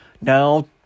Now